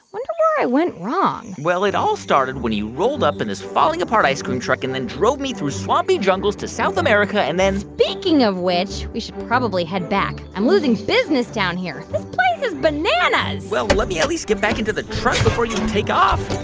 wonder where i went wrong well, it all started when you rolled up in this falling-apart ice cream truck and then drove me through swampy jungles to south america and then. speaking of which, we should probably head back. i'm losing business down here. this place is bananas well, let me at least get back into the truck before you take off